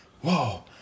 Whoa